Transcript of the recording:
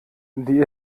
die